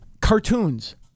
Cartoons